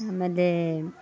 ಆಮೇಲೆ